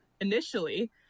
initially